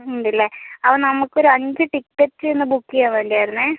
ഉണ്ടല്ലേ അപ്പം നമുക്ക് ഒരു അഞ്ച് ടിക്കറ്റ് ഇന്ന് ബുക്ക് ചെയ്യാൻ വേണ്ടി ആയിരുന്നേ